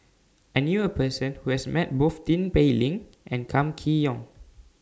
I knew A Person Who has Met Both Tin Pei Ling and Kam Kee Yong